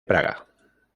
praga